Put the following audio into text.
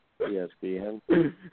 ESPN